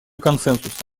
консенсуса